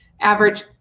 Average